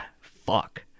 Fuck